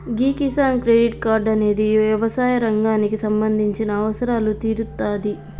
గీ Kisan credit card అనేది యవసాయ రంగానికి సంబంధించిన అవసరాలు తీరుత్తాది